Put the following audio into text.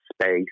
space